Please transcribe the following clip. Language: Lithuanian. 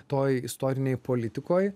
toj istorinėj politikoj